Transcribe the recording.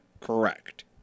correct